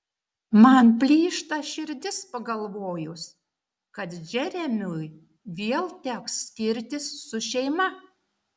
man plyšta širdis pagalvojus kad džeremiui vėl teks skirtis su šeima